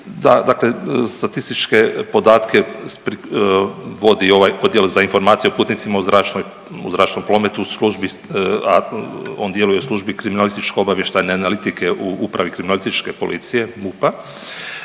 dakle statističke podatke vodi ovaj odjel za informacije o putnicima u zračnoj, u zračnom prometu, a u ovom dijelu i u službi kriminalističko obavještajne analitike u upravi kriminalističke policije MUP-a.